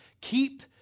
Keep